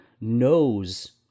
knows